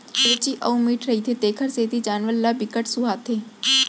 केंवची अउ मीठ रहिथे तेखर सेती जानवर ल बिकट सुहाथे